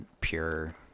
pure